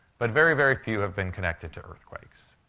but very, very few have been connected to earthquakes.